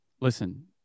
listen